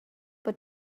but